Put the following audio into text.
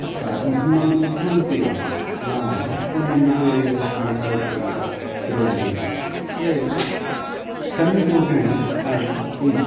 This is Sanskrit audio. वस्त्रात् भिन्नं तु भवन्ति एव नाम हस्तनिर्मितानि यानि वस्त्राणि सौचिकाः कुर्वन्ति तानि सम्यग्रूपेण तानि किं